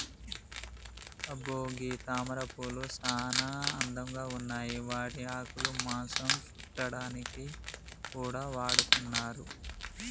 అబ్బో గీ తామరపూలు సానా అందంగా ఉన్నాయి వాటి ఆకులు మాంసం సుట్టాడానికి కూడా వాడతున్నారు